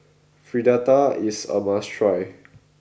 Fritada is a must try